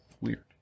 Weird